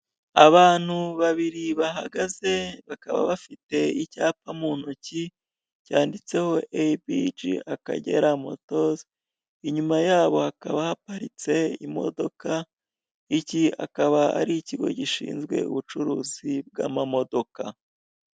Abantu babiri bahagaze bakaba bafite icyapa cyanditseho ABG Akagera Motors, inyuma yabo hakaba haparitse imodoka iki kikaba ari ikigo gishinzwe ubucuruzi bw'imodoka.